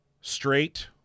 Straight